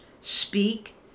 speak